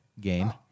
game